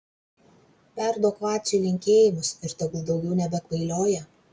perduok vaciui linkėjimus ir tegu daugiau nebekvailioja